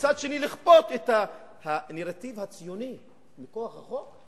ומצד שני לכפות את הנרטיב הציוני מכוח החוק?